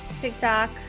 TikTok